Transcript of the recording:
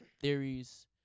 theories